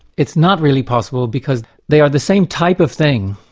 it's not really possible, because they are the same type of thing.